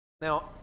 Now